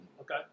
Okay